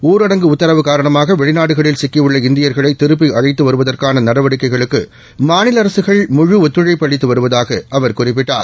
ஊரடங்கு உத்தரவு காரணமாக வெளிநாடுகளில் சிக்கியுள்ள இந்தியர்களை திருப்பி அழழத்து வருவதற்கான நடவடிக்கைகளுக்கு மாநில அரசுகள் முழு ஒத்துழைப்பு அளித்து வருவதாக அவா் குறிப்பிட்டார்